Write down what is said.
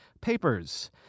papers